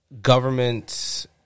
government